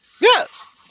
Yes